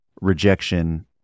rejection